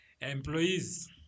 employees